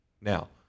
Now